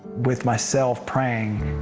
with myself praying,